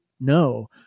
No